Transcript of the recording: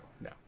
no